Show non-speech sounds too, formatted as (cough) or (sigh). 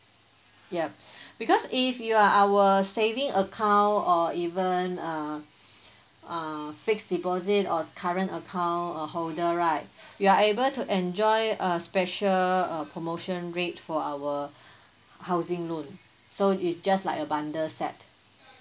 yup because if you are our saving account or even err (breath) err fixed deposit or current account uh holder right you are able to enjoy a special uh promotion rate for our housing loan so is just like a bundle set